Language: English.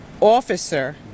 officer